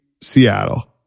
Seattle